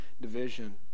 division